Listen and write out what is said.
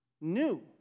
new